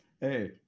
Hey